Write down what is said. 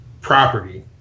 property